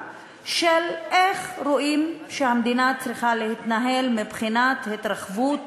איך המדינה צריכה להתנהל מבחינת התרחבות